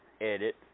edit